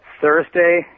Thursday